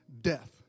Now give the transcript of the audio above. death